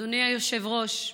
אדוני היושב-ראש,